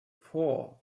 four